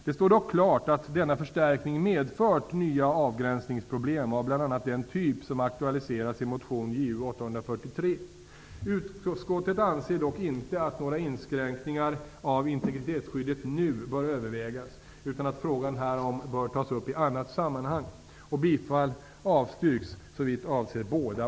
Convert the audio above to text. Det står dock klart att denna förstärkning medfört nya avgränsningsproblem av bl.a. den typ som aktualiseras i motion Ju843. Utskottet anser dock inte att några inskränkningar av integritetsskyddet nu bör övervägas, utan att frågan härom bör tas upp i annat sammanhang.